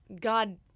god